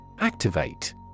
Activate